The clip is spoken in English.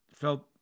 felt